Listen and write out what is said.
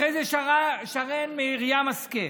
אחרי זה שרן מרים השכל,